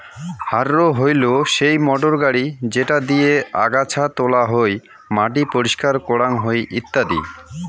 harrow হইলো সেই motor গাড়ি যেটা দিয়ে আগাছা তোলা হই, মাটি পরিষ্কার করাং হই ইত্যাদি